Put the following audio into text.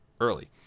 early